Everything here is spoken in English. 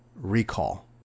recall